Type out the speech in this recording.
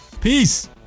Peace